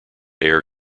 air